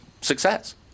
success